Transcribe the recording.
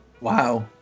Wow